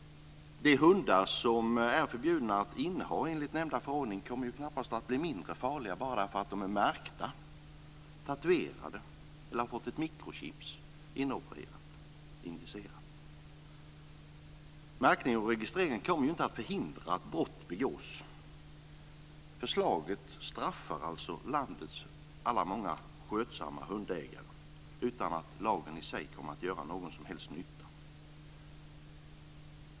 De hundar som det enligt nämnda förordning är förbjudet att inneha kommer knappast att bli mindre farliga bara därför att de är märkta eller tatuerade eller därför att de har fått ett mikrochip inopererat eller injicerat. Märkning och registrering kommer inte att förhindra att brott begås. Förslaget straffar alltså landets alla skötsamma hundägare, och de är många, utan att lagen i sig kommer att göra någon som helst nytta.